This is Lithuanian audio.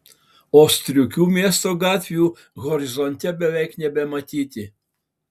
o striukių miesto gatvių horizonte beveik nebematyti